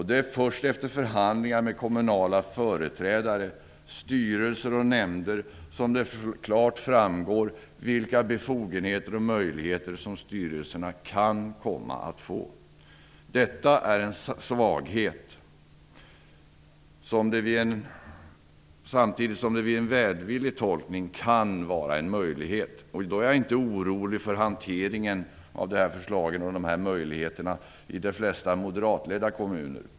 Det är först efter förhandlingar med kommunala företrädare, styrelser och nämnder som det klart framgår vilka befogenheter och möjligheter som styrelserna kan komma att få. Detta är en svaghet, samtidigt som det med en välvillig tolkning kan vara en möjlighet. Jag är inte orolig för hanteringen av de föreslagna möjligheterna i de flesta moderatledda kommuner.